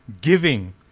giving